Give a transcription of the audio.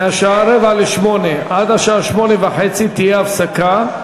מהשעה 19:45 עד השעה 20:30 תהיה הפסקה,